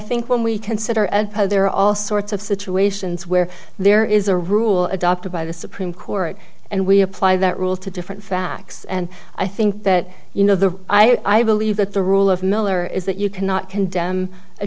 when we consider there are all sorts of situations where there is a rule adopted by the supreme court and we apply that rule to different facts and i think that you know the i believe that the rule of miller is that you cannot condemn a